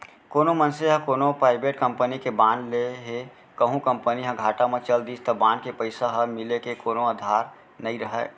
कोनो मनसे ह कोनो पराइबेट कंपनी के बांड ले हे कहूं कंपनी ह घाटा म चल दिस त बांड के पइसा ह मिले के कोनो अधार नइ राहय